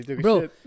bro